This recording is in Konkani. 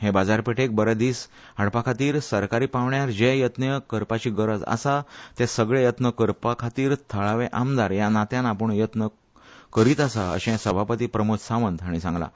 हे बाजारपेठेक बरे दीस हाडपा खातीर सरकारी पांवड्यार जे यत्न करपाची गरज आसा ते सगले यत्न करपा खातीर थळावो आमदार ह्या नात्यान आपूण यत्न करीत आसा अशें सभापती प्रमोद सावंत हांणी सांगलां